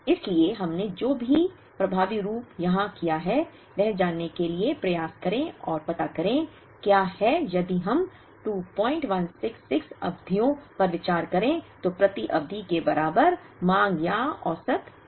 इसलिए हमने जो प्रभावी रूप से यहां किया है वह जानने के लिए प्रयास करें और पता करें क्या है यदि हम 2166 अवधियों पर विचार करें तो प्रति अवधि के बराबर मांग या औसत मांग